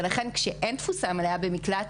לכן אבל כשאין תפוסה מלאה במקלט,